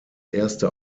erste